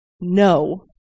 no